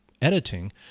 editing